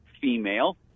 female